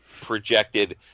projected